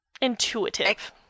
intuitive